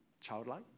childlike